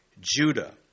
Judah